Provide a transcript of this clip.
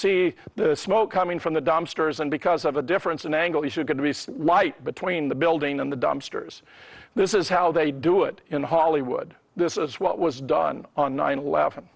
see the smoke coming from the dumpsters and because of a difference in angle these were going to be light between the building and the dumpsters this is how they do it in hollywood this is what was done on nine eleven